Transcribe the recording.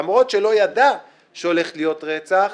למרות שלא ידע שהולך להיות רצח,